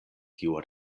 kiu